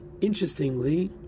interestingly